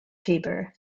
faber